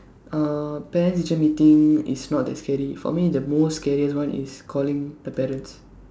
uh parents teacher meeting is not that scary for me the most scariest one is calling the parents